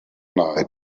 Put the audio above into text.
night